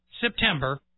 September